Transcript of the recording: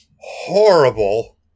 horrible